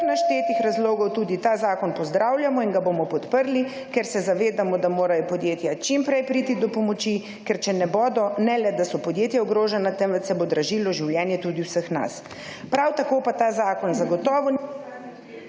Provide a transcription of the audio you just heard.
naštetih razlogov tudi ta zakon pozdravljamo in ga bomo podprli, ker se zavedamo, da morajo podjetja čim prej priti do pomoči, ker če ne bodo ne le, da so podjetja ogrožena temveč se bo dražilo življenje tudi vseh nas. Prav tako pa ta zakon… / izklop